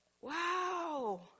wow